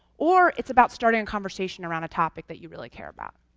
or, it's about starting a conversation around a topic that you really care about.